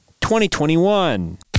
2021